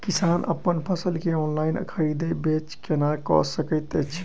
किसान अप्पन फसल केँ ऑनलाइन खरीदै बेच केना कऽ सकैत अछि?